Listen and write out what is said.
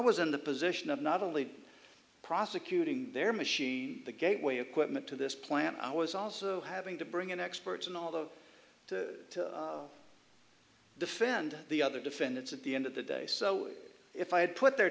was in the position of not only prosecuting their machine the gateway equipment to this plant i was also having to bring in experts in all the to defend the other defendants at the end of the day so if i had put their